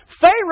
Pharaoh